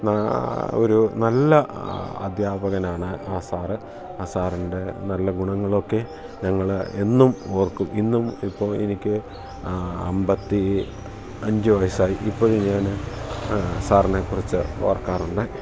ഒരു നല്ല അദ്ധ്യാപകനാണ് ആ സാറ് ആ സാറിൻ്റെ നല്ല ഗുണങ്ങളൊക്കെ ഞങ്ങൾ എന്നും ഓർക്കും ഇന്നും ഇപ്പോൾ എനിക്ക് അമ്പത്തി അഞ്ച് വയസ്സായി ഇപ്പം ഞാൻ സാറിനെക്കുറിച്ചു ഓർക്കാറുണ്ട്